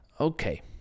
Okay